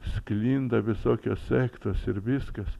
sklinda visokios sektos ir viskas